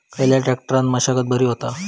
खयल्या ट्रॅक्टरान मशागत बरी होता?